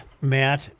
Matt